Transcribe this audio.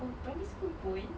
oh primary school pun